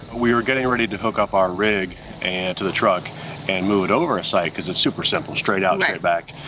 we were getting ready to hook up our rig and to the truck and move it over a site cause it's super simple, straight out and straight back,